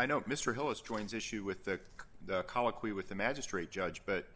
i know mr hill is joins issue with the colloquy with the magistrate judge but